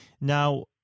Now